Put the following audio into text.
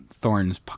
thorns